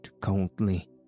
coldly